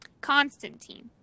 Constantine